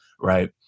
Right